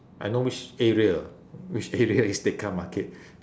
I know which area which area is tekka market